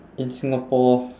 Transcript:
in singapore